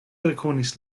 rekonis